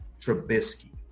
Trubisky